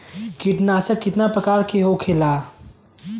कीटनाशक कितना प्रकार के होखेला?